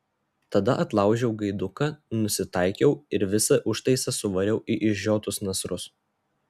tada atlaužiau gaiduką nusitaikiau ir visą užtaisą suvariau į išžiotus nasrus